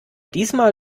diesmal